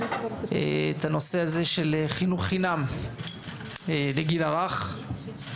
את הנושא הזה של חינוך חינם לגיל הרך.